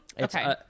Okay